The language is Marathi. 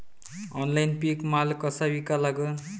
ऑनलाईन पीक माल कसा विका लागन?